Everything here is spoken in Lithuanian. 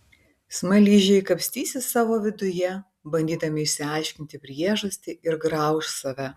smaližiai kapstysis savo viduje bandydami išsiaiškinti priežastį ir grauš save